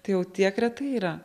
tai jau tiek retai yra